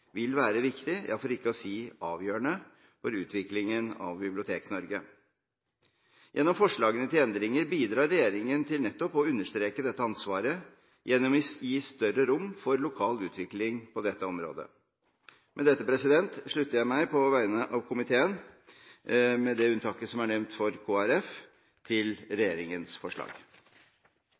vil være viktig, for ikke å si avgjørende, for utviklingen av Bibliotek-Norge. Gjennom forslagene til endringer bidrar regjeringen til nettopp å understreke dette ansvaret ved å gi større rom for lokal utvikling på dette området. Med dette slutter jeg meg på vegne av komiteen, med det unntaket som er nevnt for Kristelig Folkeparti, til regjeringens forslag.